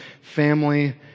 family